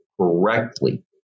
correctly